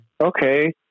Okay